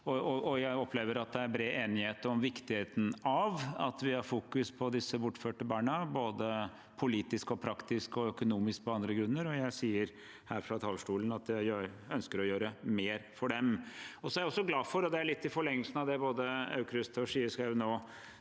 Jeg opplever at det er bred enighet om viktigheten av at vi fokuserer på disse bortførte barna, både politisk, praktisk, økonomisk og på andre bakgrunner, og jeg sier her fra talerstolen at jeg ønsker å gjøre mer for dem. Jeg er også glad for – og det er litt i forlengelsen av det både Aukrust og Schie